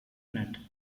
nut